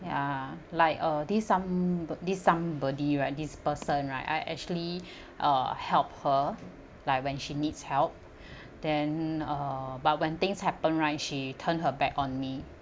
ya like uh this some per this somebody right this person right I actually uh help her like when she needs help then uh but when things happen right she turned her back on me